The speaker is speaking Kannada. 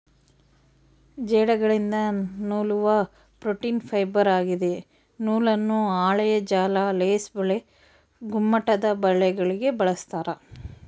ಜೇಡಗಳಿಂದ ನೂಲುವ ಪ್ರೋಟೀನ್ ಫೈಬರ್ ಆಗಿದೆ ನೂಲನ್ನು ಹಾಳೆಯ ಜಾಲ ಲೇಸ್ ಬಲೆ ಗುಮ್ಮಟದಬಲೆಗಳಿಗೆ ಬಳಸ್ತಾರ